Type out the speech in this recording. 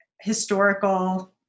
historical